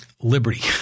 liberty